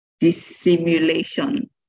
Dissimulation